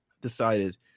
decided